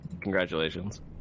congratulations